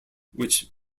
which